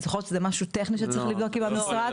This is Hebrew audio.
אז יכול להיות שזה משהו טכני שצריך לבדוק עם המשרד.